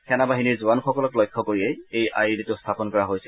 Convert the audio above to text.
সেনাবাহিনীৰ জোৱানসকলক লক্ষ্য কৰিয়েই এই আই ই ডিটো স্থাপন কৰা হৈছিল